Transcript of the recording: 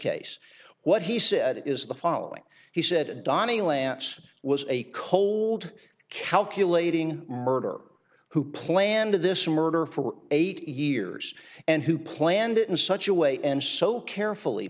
case what he said is the following he said donnie lance was a cold calculating murderer who planned this murder for eight years and who planned it in such a way and so carefully